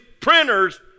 printers